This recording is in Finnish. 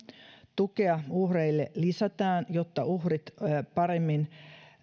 tukea uhreille lisätään jotta uhrit paremmin